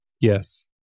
Yes